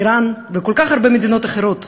איראן וכל כך הרבה מדינות אחרות,